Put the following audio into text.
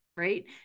Right